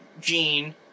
Gene